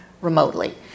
remotely